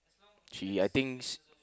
she I think